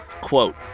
quote